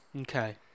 okay